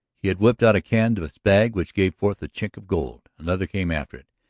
he had whipped out a canvas bag which gave forth the chink of gold. another came after it.